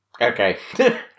okay